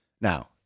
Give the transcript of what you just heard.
Now